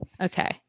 Okay